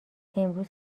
امروز